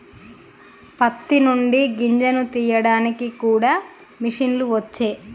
పత్తి నుండి గింజను తీయడానికి కూడా మిషన్లు వచ్చే